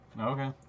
Okay